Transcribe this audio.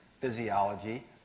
physiology